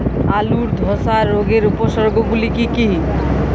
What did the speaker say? আলুর ধসা রোগের উপসর্গগুলি কি কি?